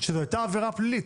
שזו הייתה עבירה פלילית,